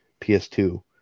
PS2